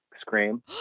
scream